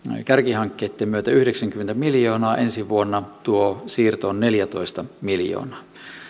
kärkihankkeitten myötä yhdeksänkymmentä miljoonaa ensi vuonna tuo siirto on neljätoista miljoonaa